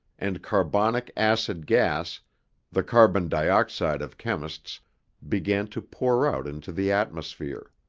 and carbonic acid gas the carbon dioxide of chemists began to pour out into the atmosphere.